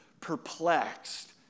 perplexed